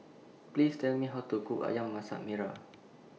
Please Tell Me How to Cook Ayam Masak Merah